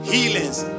Healings